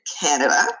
Canada